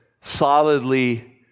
solidly